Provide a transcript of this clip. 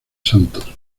santos